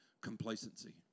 Complacency